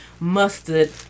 Mustard